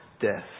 death